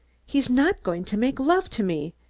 he's not going to make love to me!